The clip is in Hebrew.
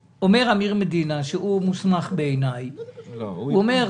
רבותי, אומר אמיר מדינה שמוסמך בעיני שהוא העביר